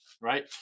right